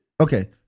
Okay